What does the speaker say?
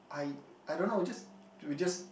I I don't know just we just